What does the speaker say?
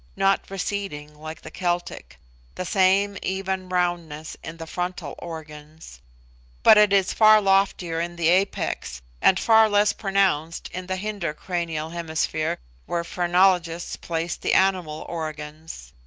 not receding like the celtic the same even roundness in the frontal organs but it is far loftier in the apex, and far less pronounced in the hinder cranial hemisphere where phrenologists place the animal organs.